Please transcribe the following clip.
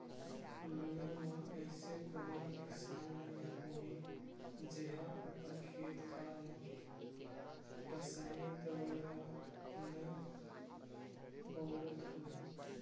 दुनिया म अइसे कोनो किसान नइ होही जेहा अपन खेत खार म रसाइनिक दवई ल नइ बउरत होही